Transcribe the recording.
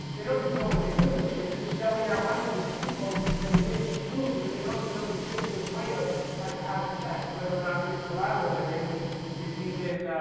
they don't even know what they're doing. so they just shelling out money to these people, and they're getting screwed because they don't even know the simplest way of like how to check whether or not this collateral they're getting is even